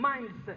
mindset